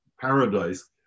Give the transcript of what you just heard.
paradise